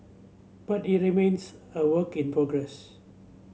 but it remains a work in progress